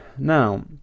Now